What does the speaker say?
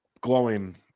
glowing